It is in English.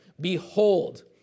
behold